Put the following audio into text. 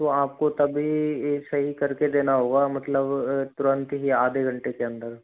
तो आपको तभी ऐसे ही करके देना होगा मतलब तुरंत ही आधे घंटे के अंदर